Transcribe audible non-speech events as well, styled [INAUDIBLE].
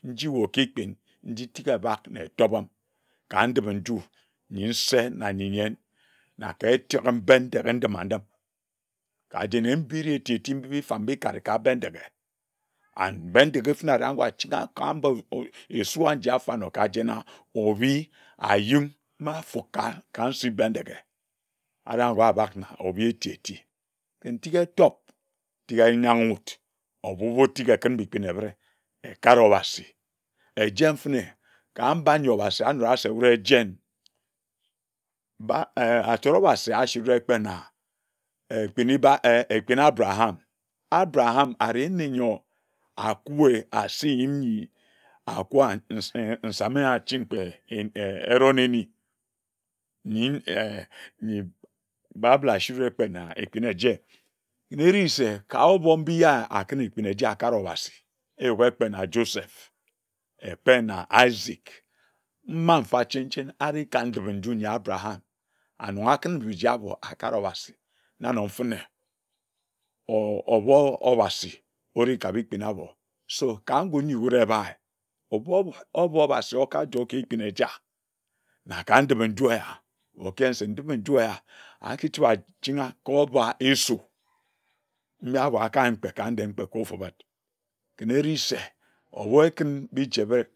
Nji waer okipin nji tek ebak na etopin ka ndipi nju nyi nse na nyi nyen na ka eteke Bendeghe ndima ndim ka jene mbire titim mbire efamba ekare ka Bendeghe and Bendeghe fene areh agor achinar ka mba aae esua nja fanor kajena, ovi ayim ma fuka ka nsi Bendeghe aranwa abak na ovi eti eti ken tik etop tek eyangi wud ebu wud tik ekin biji ebire ekare obasi ejen fene ka mba nyi obasi awura se jen, mba ehh achore obasi asirid kpe nna ekpin ba err ekpin Abraham, Abraham areh nne nyor akuwe asi njim nyi akuwa ehh [NOISE] nsami nya achin kpe [HESITATION] eron eni nyi [HESITATION] nyi Bible asire kpe na ekpin eje narise ko obor mbia akin ekpi eje akare obasi wae kpe na Joseph ekpe na Isaac mma mfa chin chin areh ka ndipi nju Abraham anor akun biji abor akare obasi nanor fene or obor obasi okajoer ka ekpin eja na ka ngun nyi wud ebai ebu obor obasi oka joer ka ekpin eja na ka ndipi nju eya okiyin se ndipi nju eya a kituira achingha kor obor esu nne abor akayin kpe ka ndem kpe ko ofubid erise obor ekin biji ebe